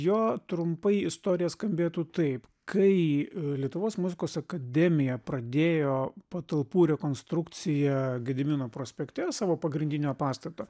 jo trumpai istorija skambėtų taip kai lietuvos muzikos akademija pradėjo patalpų rekonstrukciją gedimino prospekte savo pagrindinio pastato